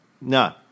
No